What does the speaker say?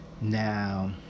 Now